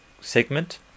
segment